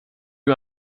you